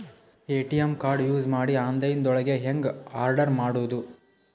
ATM card use ಮಾಡಿ online ದೊಳಗೆ ಹೆಂಗ್ ಆರ್ಡರ್ ಮಾಡುದು?